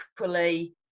equally